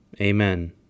Amen